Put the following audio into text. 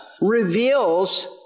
reveals